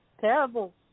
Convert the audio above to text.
Terrible